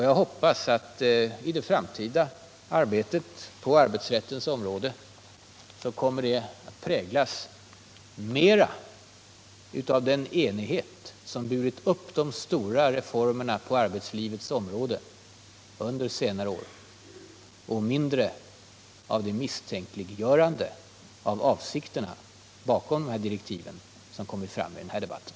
Jag hoppas också att det framtida arbetet på arbetsrättens område kommer att präglas mer av den enighet som burit upp de stora reformerna på arbetslivets område under senare år och mindre av det misstänkliggörande av avsikterna bakom de här direktiven som kommit fram i den här debatten.